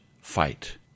fight